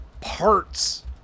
parts